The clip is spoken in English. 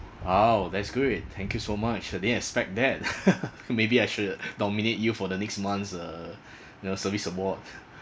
!wow! that's great thank you so much I didn't expect that maybe I should nominate you for the next month's uh you know service award